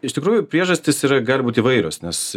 iš tikrųjų priežastys yra gali būt įvairios nes